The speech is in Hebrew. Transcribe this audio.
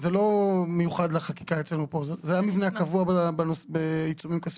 לא מיוחד לחקיקה אצלנו כאן אלא זה המבנה הקבוע בעיצומים כספיים.